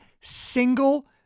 single